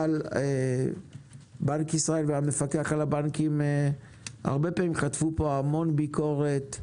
אבל בנק ישראל והמפקח על הבנקים הרבה פעמים חטפו פה המון ביקורת,